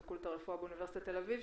הפקולטה לרפואה באוניברסיטת תל אביב,